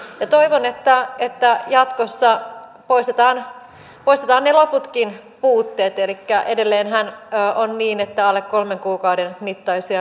toivon että että jatkossa poistetaan poistetaan ne loputkin puutteet elikkä edelleenhän on niin että alle kolmen kuukauden mittaiset